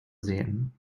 sehen